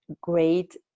great